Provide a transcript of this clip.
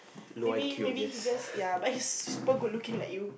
maybe maybe he just yeah but he's super good looking like you